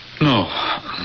No